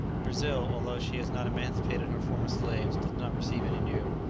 brazil, although she has not emancipated her former slaves, does not receive any new,